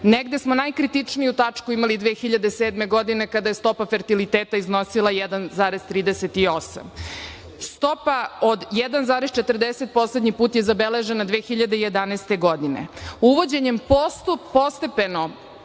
negde smo najkritičniju tačku imali 2007. godine kada je stopa fertiliteta iznosila 1,38. Stopa od 1,40 poslednji put je zabeležena 2011. godine. Uvođenjem postupno